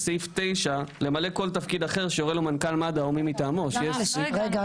סעיף 9 'למלא כל תפקיד אחר שיורה לו מנכ"ל מד"א או מי מטעמו' --- רגע,